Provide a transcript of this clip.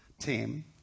team